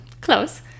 close